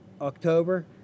October